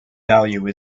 value